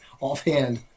offhand